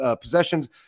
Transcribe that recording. possessions